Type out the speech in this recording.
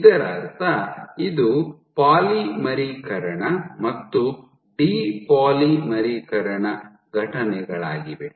ಇದರರ್ಥ ಇದು ಪಾಲಿಮರೀಕರಣ ಮತ್ತು ಡಿ ಪಾಲಿಮರೀಕರಣ ಘಟನೆಗಳಾಗಿವೆ